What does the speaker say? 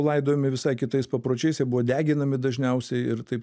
laidojami visai kitais papročiais jie buvo deginami dažniausiai ir taip